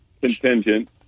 contingent